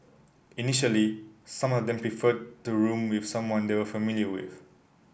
initially some of them preferred to room with someone they were familiar with